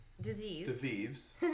disease